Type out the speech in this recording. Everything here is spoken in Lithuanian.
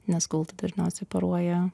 nes kultą dažniausiai operuoja